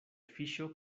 fiŝo